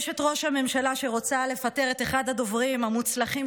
אשת ראש הממשלה שרוצה לפטר את אחד הדוברים המוצלחים,